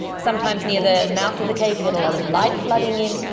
sometimes near the mouth of the cave you get a lot of light flooding in.